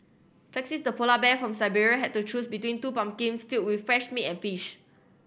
felix the polar bear from Siberia had to choose between two pumpkins filled with fresh meat and fish